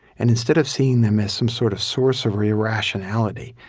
and instead of seeing them as some sort of source of irrationality,